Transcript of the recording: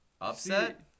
Upset